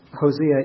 Hosea